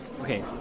Okay